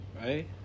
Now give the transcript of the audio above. right